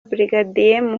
brigadier